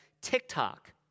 TikTok